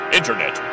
Internet